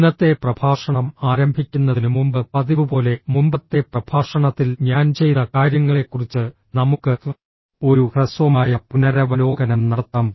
ഇന്നത്തെ പ്രഭാഷണം ആരംഭിക്കുന്നതിന് മുമ്പ് പതിവുപോലെ മുമ്പത്തെ പ്രഭാഷണത്തിൽ ഞാൻ ചെയ്ത കാര്യങ്ങളെക്കുറിച്ച് നമുക്ക് ഒരു ഹ്രസ്വമായ പുനരവലോകനം നടത്താം